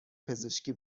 پزشکی